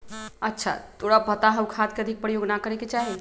अच्छा तोरा पता हाउ खाद के अधिक प्रयोग ना करे के चाहि?